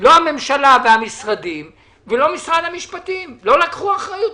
לא הממשלה והמשרדים ולא משרד המשפטים לא לקחו אחריות.